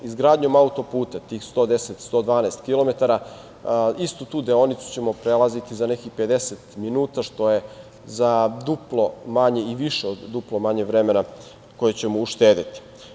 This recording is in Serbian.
Izgradnjom autoputa tih 110, 112 km, istu tu deonicu ćemo prelaziti za nekih 50 minuta, što je za duplo manje i više od duplo manje vremena koje ćemo uštedeti.